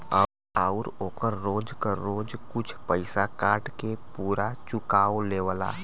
आउर ओकर रोज क रोज कुछ पइसा काट के पुरा चुकाओ लेवला